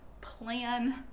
plan